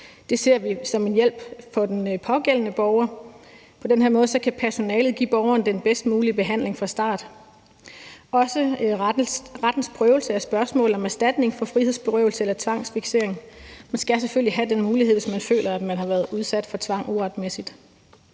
Det ser vi som en hjælp for den pågældende borger. På den her måde kan personalet give borgeren den bedst mulige behandling fra start. Også rettens prøvelse af spørgsmål om erstatning for frihedsberøvelse eller tvangsfiksering er noget, hvor man selvfølgelig skal have den mulighed, hvis man føler, at man har været udsat for tvang uretmæssigt.